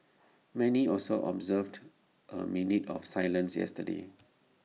many also observed A minute of silence yesterday